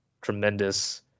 tremendous